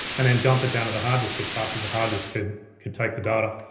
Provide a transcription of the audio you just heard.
and then dumped it down to the hard disk as fast as the hard disk could could take the data.